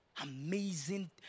Amazing